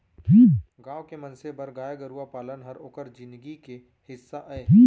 गॉँव के मनसे बर गाय गरूवा पालन हर ओकर जिनगी के हिस्सा अय